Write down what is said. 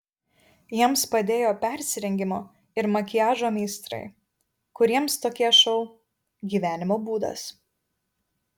jiems padėjo persirengimo ir makiažo meistrai kuriems tokie šou gyvenimo būdas